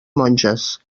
monges